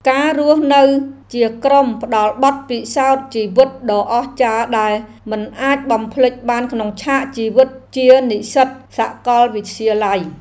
ការរស់នៅជាក្រុមផ្តល់បទពិសោធន៍ជីវិតដ៏អស្ចារ្យដែលមិនអាចបំភ្លេចបានក្នុងឆាកជីវិតជានិស្សិតសាកលវិទ្យាល័យ។